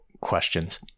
questions